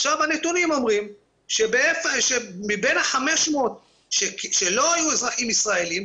עכשיו הנתונים אומרים שמבין ה-500 שלא היו אזרחים ישראלים,